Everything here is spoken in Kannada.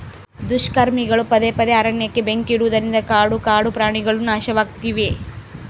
ದುಷ್ಕರ್ಮಿಗಳು ಪದೇ ಪದೇ ಅರಣ್ಯಕ್ಕೆ ಬೆಂಕಿ ಇಡುವುದರಿಂದ ಕಾಡು ಕಾಡುಪ್ರಾಣಿಗುಳು ನಾಶವಾಗ್ತಿವೆ